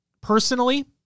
personally